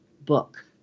book